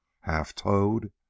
half-toad